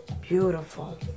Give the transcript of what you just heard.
Beautiful